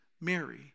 Mary